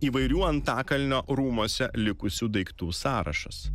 įvairių antakalnio rūmuose likusių daiktų sąrašas